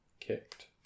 kicked